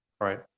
Right